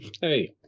Hey